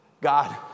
God